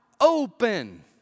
open